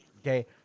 Okay